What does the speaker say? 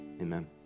Amen